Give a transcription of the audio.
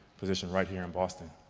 position right here in boston.